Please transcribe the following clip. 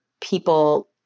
people